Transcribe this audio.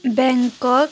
Bangkok